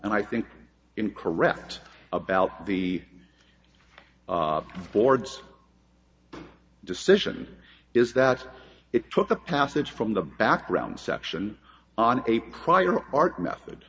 and i think incorrect about the board's decision is that it took a passage from the background section on a prior art method